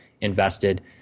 invested